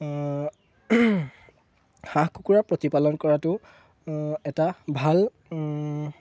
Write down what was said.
হাঁহ কুকুৰাৰ প্ৰতিপালন কৰাটো এটা ভাল